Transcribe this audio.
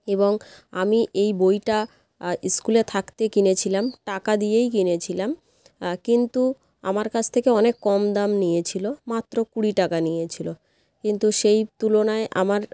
এবং আমি এই বইটা স্কুলে থাকতে কিনেছিলাম টাকা দিয়েই কিনেছিলাম কিন্তু আমার কাছ থেকে অনেক কম দাম নিয়ে ছিল মাত্র কুড়ি টাকা নিয়ে ছিল কিন্তু সেই তুলনায় আমার